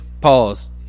pause